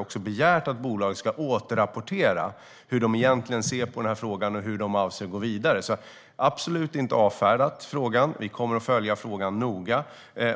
Jag har också begärt att bolaget ska återrapportera om hur de egentligen ser på den här frågan och hur de avser att gå vidare. Vi har absolut inte avfärdat frågan. Vi kommer att följa den noga,